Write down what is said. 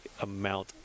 amount